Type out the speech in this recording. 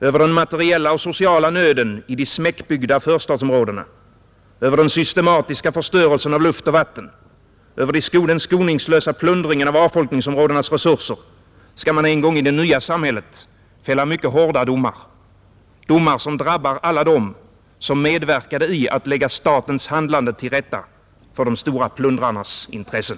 Över den materiella och sociala nöden i de smäckbyggda förstadsområdena, över den systematiska förstörelsen av luft och vatten, över den skoningslösa plundringen av avfolkningsområdenas resurser skall man en gång i det nya samhället fälla mycket hårda domar, domar som drabbar alla dem som medverkade i att lägga statens handlande till rätta för de stora plundrarnas intressen.